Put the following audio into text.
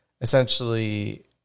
essentially